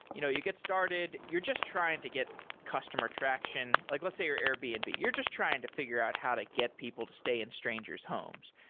you know you get started. you're just trying to get customer traction. like let's say you're airbnb. and but you're just trying to figure out how to get people to stay in strangers homes.